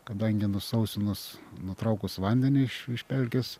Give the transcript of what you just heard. kadangi nusausinus nutraukus vandenį iš pelkės